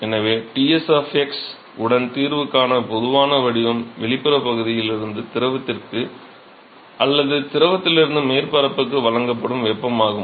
எனவே Ts உடன் தீர்வுக்கான பொதுவான வடிவம் வெளிப்புறப் பகுதியிலிருந்து திரவத்திற்கு அல்லது திரவத்திலிருந்து மேற்பரப்புக்கு வழங்கப்படும் வெப்பம் ஆகும்